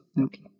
Okay